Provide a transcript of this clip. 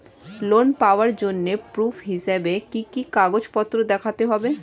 Loan পাওয়ার জন্য proof হিসেবে কি কি কাগজপত্র দেখাতে হবে?